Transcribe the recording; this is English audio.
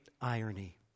irony